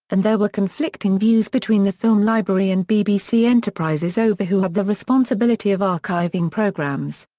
and there were conflicting views between the film library and bbc enterprises over who had the responsibility of archiving programmes.